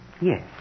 Yes